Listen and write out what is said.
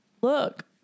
look